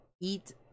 eat